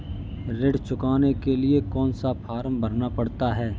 ऋण चुकाने के लिए कौन सा फॉर्म भरना पड़ता है?